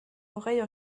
oreille